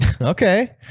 Okay